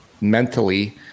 mentally